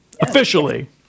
officially